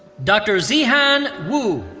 dr. zihan wu.